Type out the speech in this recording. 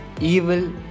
evil